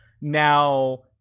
Now